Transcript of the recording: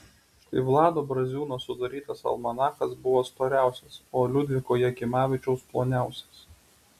štai vlado braziūno sudarytas almanachas buvo storiausias o liudviko jakimavičiaus ploniausias